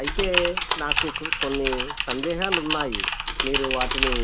అయితే నాకు ఒక కొన్ని సందేహాలున్నాయి మీరు వాటిని